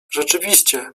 rzeczywiście